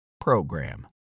program